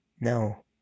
No